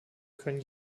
können